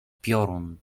piorun